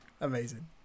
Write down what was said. Amazing